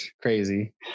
crazy